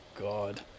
God